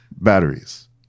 Batteries